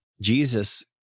Jesus